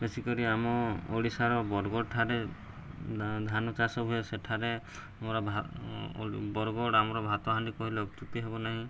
ବେଶ କରି ଆମ ଓଡ଼ିଶାର ବରଗଡ଼ ଠାରେ ଧା ଧାନ ଚାଷ ହୁଏ ସେଠାରେ ଆମର ଭା ବରଗଡ଼ ଆମର ଭାତ ହାଣ୍ଡି କହିଲେ ଅତ୍ୟୁକ୍ତି ହେବ ନାହିଁ